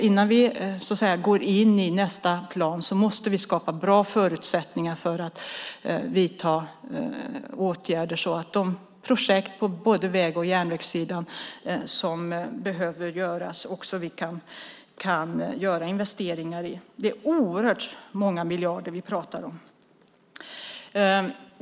Innan vi går in i nästa plan måste vi skapa bra förutsättningar för att vidta åtgärder och göra investeringar i de projekt som behöver göras på både väg och järnvägssidan. Det är oerhört många miljarder vi talar om.